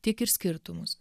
tiek ir skirtumus